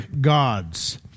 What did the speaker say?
gods